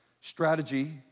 Strategy